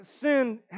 sin